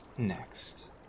Next